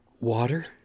water